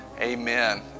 Amen